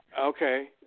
Okay